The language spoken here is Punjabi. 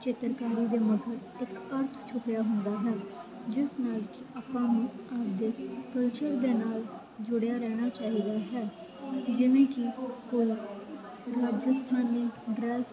ਚਿੱਤਰਕਾਰੀ ਦੇ ਮਗਰ ਇਕ ਅਰਥ ਛੁਪਿਆ ਹੁੰਦਾ ਹੈ ਜਿਸ ਨਾਲ ਕਿ ਆਪਾਂ ਨੂੰ ਆਪਣੇ ਕਲਚਰ ਦੇ ਨਾਲ ਜੁੜਿਆ ਰਹਿਣਾ ਚਾਹੀਦਾ ਹੈ ਜਿਵੇਂ ਕਿ ਰਾਜਸਥਾਨੀ ਡ੍ਰੈਸ